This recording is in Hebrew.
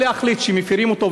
או להחליט שמפרים אותו,